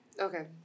Okay